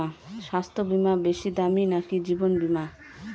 স্বাস্থ্য বীমা বেশী দামী নাকি জীবন বীমা?